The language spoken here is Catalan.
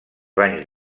banys